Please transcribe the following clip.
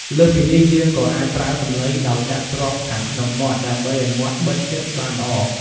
លើសពីនេះយើងក៏អាចប្រើសំឡីដោយដាក់ទ្រាប់ខាងក្នុងមាត់ ដើម្បីឱ្យមាត់បិទជិតបានល្អ។